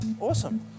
awesome